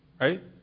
right